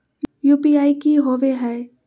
UPI की होवे हय?